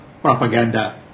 propaganda